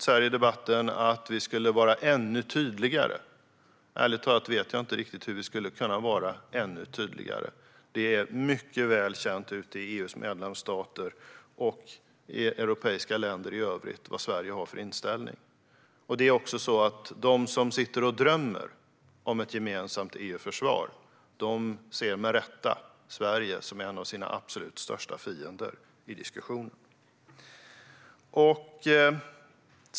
Det har i debatten efterlysts att vi ska vara ännu tydligare. Jag vet inte hur vi skulle kunna vara det. Det är mycket väl känt i EU:s medlemsstater och i övriga europeiska länder vad Sverige har för inställning. De som drömmer om ett gemensamt EU-försvar ser med rätta Sverige som en av sina största fiender i diskussionen.